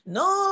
no